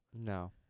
No